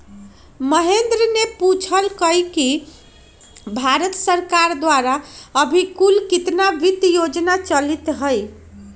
महेंद्र ने पूछल कई कि भारत सरकार द्वारा अभी कुल कितना वित्त योजना चलीत हई?